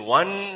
one